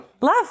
love